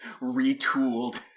retooled